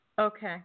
Okay